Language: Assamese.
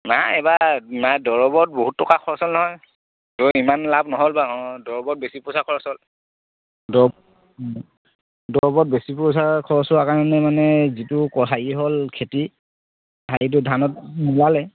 নাই এইবাৰ নাই দৰৱত বহুত টকা খৰচ হ'ল নহয় তো ইমান লাভ নহ'ল বাৰু অঁ দৰৱত বেছি পইচা খৰচ হ'ল দৰৱ অঁ দৰৱত বেছি পইচা খৰচ হোৱা কাৰণে মানে যিটো হেৰি হ'ল খেতি হেৰিটো ধানত নোলালে